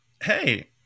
Hey